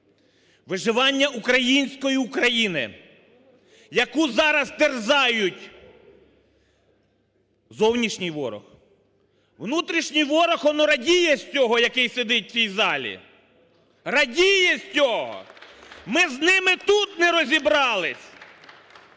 виживання української України, яку зараз терзають зовнішній ворог. Внутрішній ворог он радіє з цього, який сидить в цій залі! Радіє з цього! Ми з ними тут не розібралися…